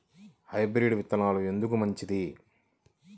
Hybrid విత్తనాలు ఎందుకు మంచిది?